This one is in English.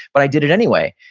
but i did it anyway.